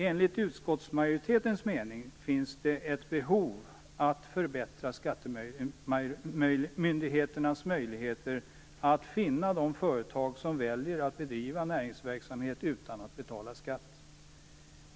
Enligt utskottsmajoritetens mening finns det ett behov av att förbättra skattemyndigheternas möjligheter att finna de företag som väljer att bedriva näringsverksamhet utan att betala skatt.